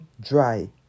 dry